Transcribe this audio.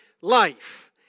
life